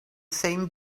same